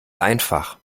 einfach